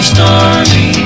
Stormy